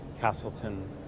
Castleton